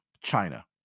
China